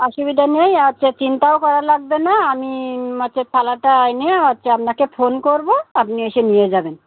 অসুবিধা নেই আচ্ছে চিন্তাও করা লাগবে না আমি হচ্ছে থালাটা এনে হচ্ছে আপনাকে ফোন করবো আপনি এসে নিয়ে যাবেন